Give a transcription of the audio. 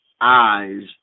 eyes